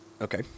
Okay